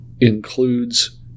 includes